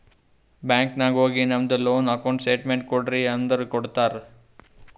bank ನಾಗ್ ಹೋಗಿ ನಮ್ದು ಲೋನ್ ಅಕೌಂಟ್ ಸ್ಟೇಟ್ಮೆಂಟ್ ಕೋಡ್ರಿ ಅಂದುರ್ ಕೊಡ್ತಾರ್